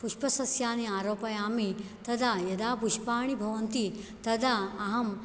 पुष्पसस्यानि आरोपयामि तदा यदा पुष्पाणि भवन्ति तदा अहं